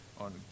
on